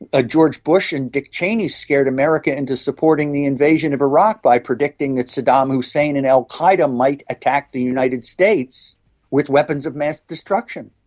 ah george bush and dick cheney scared america into supporting the invasion of iraq by predicting that saddam hussein and al qaeda might attack the united states with weapons of mass destruction.